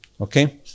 Okay